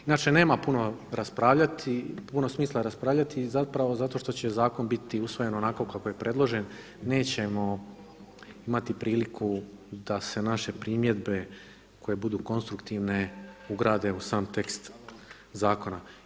Inače nema puno smisla raspravljati i zapravo zato što će zakon biti usvojen onako kako je predložen, nećemo imati priliku da se naše primjedbe koje budu konstruktivne ugrade u sam tekst zakona.